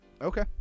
Okay